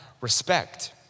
respect